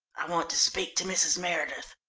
i want to speak to mrs. meredith.